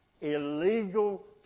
illegal